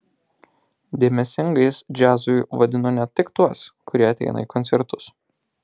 dėmesingais džiazui vadinu ne tik tuos kurie ateina į koncertus